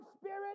spirit